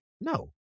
No